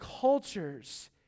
cultures